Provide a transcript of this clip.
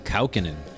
Kaukinen